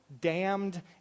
damned